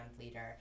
leader